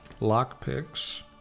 Lockpicks